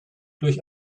durch